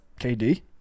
KD